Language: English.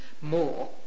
more